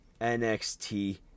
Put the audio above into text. NXT